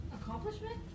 Accomplishment